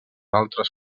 altres